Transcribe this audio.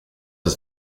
was